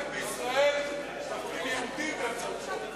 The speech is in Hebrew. רק בישראל מפלים יהודים באמצעות חוק.